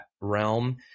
realm